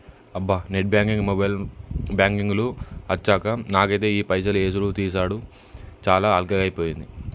అబ్బా net banking mobile banking లు అచ్చాక నాకైతే ఈ పైసలు యేసుడు తీసాడు చాలా అల్కగైపోయింది